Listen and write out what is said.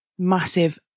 Massive